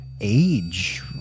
age